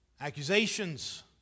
accusations